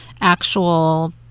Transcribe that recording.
actual